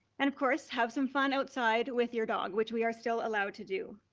and of course, have some fun outside with your dog which we are still allowed to do.